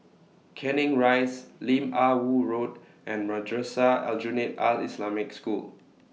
Canning Rise Lim Ah Woo Road and Madrasah Aljunied Al Islamic School